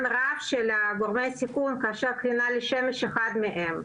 רב של גורמי סיכון כאשר קרינה לשמש היא אחד מהם,